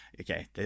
okay